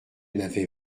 n’avait